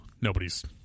Nobody's